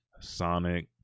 Sonic